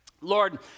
Lord